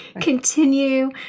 continue